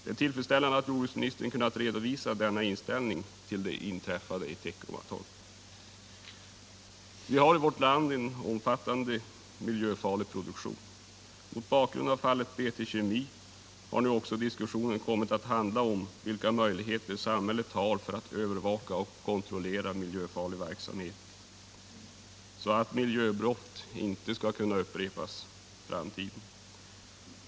Det är tillfredsställande att jordbruksministern kunnat redovisa denna inställning till det som inträffat i Teckomatorp. Vi har i vårt land en omfattande miljöfarlig produktion. Mot bakgrund av fallet BT Kemi har nu också diskussionen kommit att handla om vilka möjligheter samhället har att övervaka och kontrollera miljöfarlig verksamhet, så att miljöbrott inte skall kunna upprepas i framtiden.